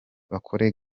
bakore